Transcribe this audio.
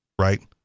Right